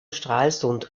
stralsund